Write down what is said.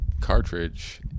cartridge